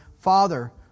Father